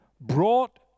brought